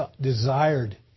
desired